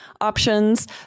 options